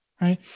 Right